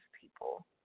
people